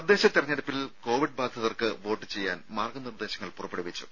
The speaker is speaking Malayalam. തദ്ദേശ തെരഞ്ഞെടുപ്പിൽ കോവിഡ് ബാധിതർക്ക് വോട്ട് ചെയ്യാൻ മാർഗ്ഗ നിർദ്ദേശങ്ങൾ പുറപ്പെടുവിച്ചു